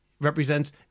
represents